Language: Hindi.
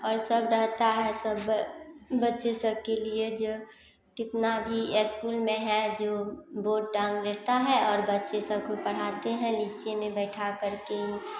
और सब रहता है सब ब बच्चे सब के लिए जो कितना भी एस्कुल में है जो बोर्ड टांग देता है और बच्चे सबको पढ़ाते हैं नीचे में बैठा करके